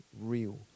real